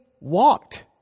walked